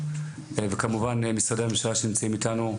וכמובן משרדי הממשלה שנמצאים איתנו.